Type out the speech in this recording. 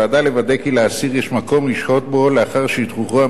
על הוועדה לוודא כי לאסיר יש מקום לשהות בו לאחר שחרורו,